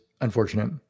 unfortunate